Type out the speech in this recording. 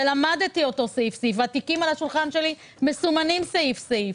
ולמדתי אותם סעיף-סעיף והתיקים על השולחן שלי מסומנים סעיף-סעיף.